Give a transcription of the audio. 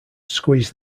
squeeze